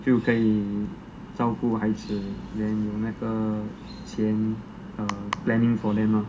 就可以照顾孩子 then 有那个钱 err planning for them lah